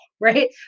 right